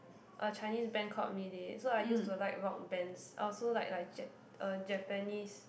a Chinese band called Mayday so I used to like rock bands I also like like jap~ uh Japanese